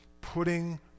putting